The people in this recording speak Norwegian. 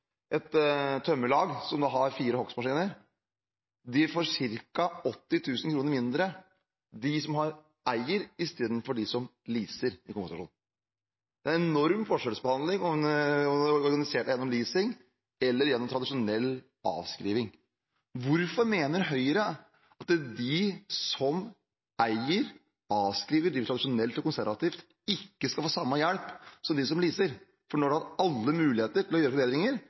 Et tømmerlag som eier fire hogstmaskiner, får ca. 80 000 kr mindre enn dem som leaser hogstmaskiner. Det er en enorm forskjellsbehandling organisert gjennom leasing og tradisjonell avskriving. Hvorfor mener Høyre at de som eier, avskriver og driver tradisjonelt og konservativt, ikke skal få samme hjelp som dem som leaser? Nå har man hatt alle muligheter til å gjøre forbedringer,